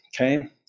Okay